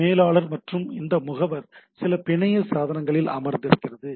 மேலாளர் மற்றும் இந்த முகவர் சில பிணைய சாதனங்களில் அமர்ந்திருக்கிறது